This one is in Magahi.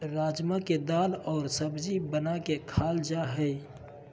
राजमा के दाल और सब्जी बना के खाल जा हइ